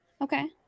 Okay